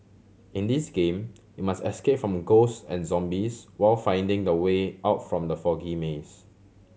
in this game you must escape from ghost and zombies while finding the way out from the foggy maze